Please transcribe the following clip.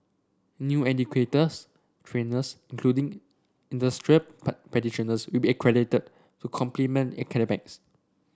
new educators trainers including industry practitioners will be accredited to complement academics